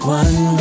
one